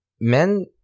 men